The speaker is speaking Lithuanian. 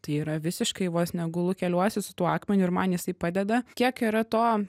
tai yra visiškai vos ne gulu keliuosi su tuo akmeniu ir man jisai padeda kiek yra to